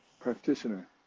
Practitioner